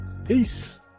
Peace